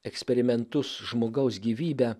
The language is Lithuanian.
eksperimentus žmogaus gyvybę